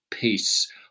peace